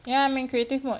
ya I'm in creative mode